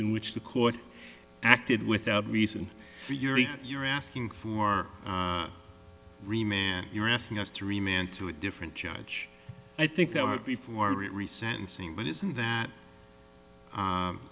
in which the court acted without reason you're asking for re man you're asking us three man to a different judge i think that would be for it re sentencing but isn't that